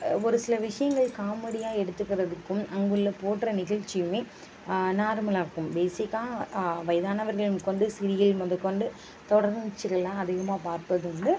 ஒரு சில விஷயங்கள் காமடியாக எடுத்துக்கிறதுக்கும் அங்குள்ள போன்ற நிகழ்ச்சியுமே நார்மல் ஆக்கும் பேஸிக்காக வயதானவர்கள் முதற்கொண்டு சிறியவர்கள் முதற்கொண்டு தொடர் நிகழ்ச்சிகள்லாம் அதிகமாக பார்ப்பதுண்டு